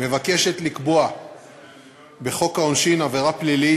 מבקשת לקבוע בחוק העונשין עבירה פלילית